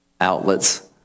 outlets